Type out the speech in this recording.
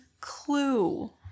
clue